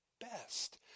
best